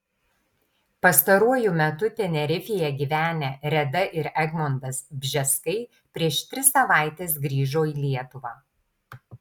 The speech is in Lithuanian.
pastaruoju metu tenerifėje gyvenę reda ir egmontas bžeskai prieš tris savaites grįžo į lietuvą